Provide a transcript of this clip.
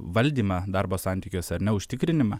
valdymą darbo santykiuose ar ne užtikrinimą